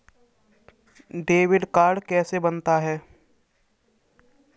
Debit card कैसे बनता है?